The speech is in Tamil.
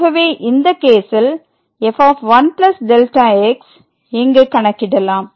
ஆகவே இந்த கேசில் f1Δx இங்கு கணக்கிடலாம்